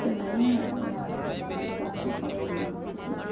এতিয়া নায়ে একো মাছ চাছ বুলিবলৈ আৰু একোৱে নোহোৱা হৈছেগৈ